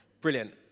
Brilliant